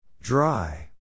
Dry